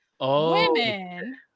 women